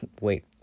Wait